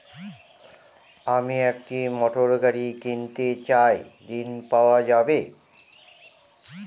আমি একটি মোটরগাড়ি কিনতে চাই ঝণ পাওয়া যাবে?